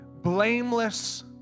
blameless